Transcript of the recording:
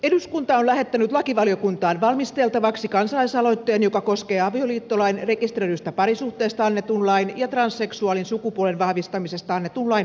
eduskunta on lähettänyt lakivaliokuntaan valmisteltavaksi kansalaisaloitteen joka koskee avioliittolain rekisteröidystä parisuhteesta annetun lain ja transseksuaalin sukupuolen vahvistamisesta annetun lain muuttamista